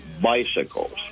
bicycles